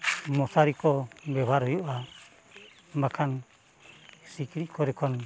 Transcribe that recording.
ᱢᱚᱥᱟᱨᱤ ᱠᱚ ᱵᱮᱵᱚᱦᱟᱨ ᱦᱩᱭᱩᱜᱼᱟ ᱵᱟᱠᱷᱟᱱ ᱥᱤᱠᱲᱤᱡ ᱠᱚᱨᱮ ᱠᱷᱚᱱ